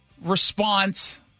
response